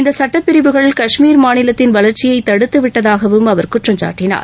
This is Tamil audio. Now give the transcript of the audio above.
இந்த சட்டப்பிரிவுகள் கவஷ்மீர் மாநிலத்தின் வளர்ச்சியை தடுத்து விட்டதாகவும் அவர் குற்றம் சாட்டினார்